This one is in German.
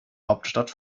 hauptstadt